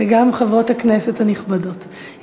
וגם חברות הכנסת הנכבדות,